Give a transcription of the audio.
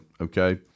okay